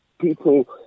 people